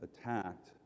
attacked